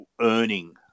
earning